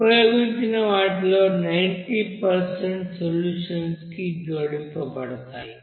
ఉపయోగించిన వాటిలో 90 సొల్యూషన్ కి జోడించబడతాయి